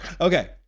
Okay